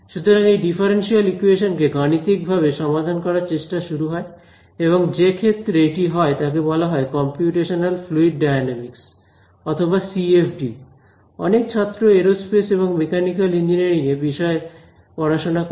সুতরাং এই differential equation কে গাণিতিকভাবে সমাধান করার চেষ্টা শুরু হয় এবং যে ক্ষেত্রে এটি হয় তাকে বলা হয় কম্পিউটেশনাল ফ্লুইড ডায়নামিকস অথবা সিএফডি অনেক ছাত্র এরোস্পেস এবং মেকানিক্যাল ইঞ্জিনিয়ারিং এ বিষয়ে পড়াশোনা করে